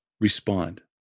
respond